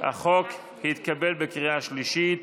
החוק התקבל בקריאה שלישית.